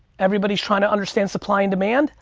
everybody's trying to understand supply and demand.